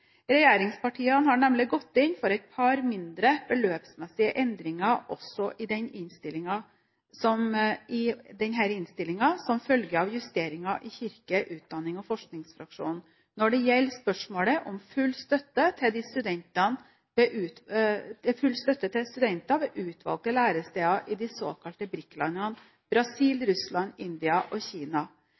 Regjeringspartiene har nemlig gått inn for et par mindre beløpsmessige endringer også i denne innstillingen, som følge av justeringer i kirke-, utdannings- og forskningsfraksjonen, når det gjelder spørsmålet om full støtte til studenter ved utvalgte læresteder i de såkalte BRIK-landene – Brasil, Russland, India og Kina.